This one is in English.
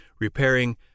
repairing